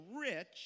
rich